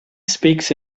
speaks